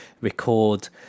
record